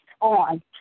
on